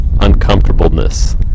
uncomfortableness